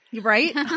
Right